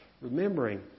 Remembering